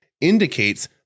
indicates